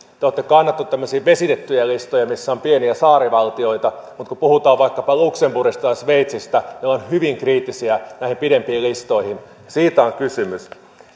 te olette kannattanut tämmöisiä vesitettyjä listoja missä on pieniä saarivaltioita mutta kun puhutaan vaikka luxemburgista ja sveitsistä ne ovat hyvin kriittisiä näihin pidempiin listoihin siitä on kysymys